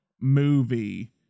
movie